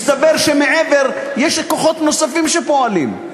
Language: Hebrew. מסתבר שמעבר לכך יש כוחות נוספים שפועלים.